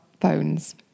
phones